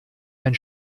ein